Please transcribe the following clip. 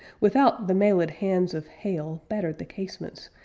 with-out, the mailed hands of hail battered the casements,